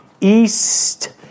east